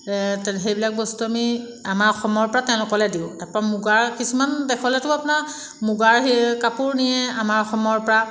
সেইবিলাক বস্তু আমি আমাৰ অসমৰপৰা তেওঁলোকলে দিওঁ তাৰপৰা মুগাৰ কিছুমান দেশলৈতো আপোনাৰ মুগাৰ সেই কাপোৰো নিয়ে আমাৰ অসমৰপৰা